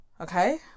okay